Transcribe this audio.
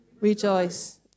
rejoice